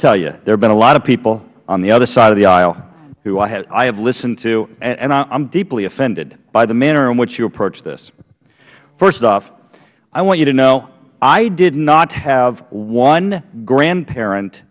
tell you there have been a lot of people on the other side of the aisle who i have listened to and i am deeply offended by the manner in which you approach this first off i want you to know i did not have one grandparent